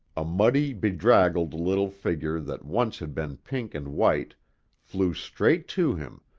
a muddy, bedraggled little figure that once had been pink and white flew straight to him,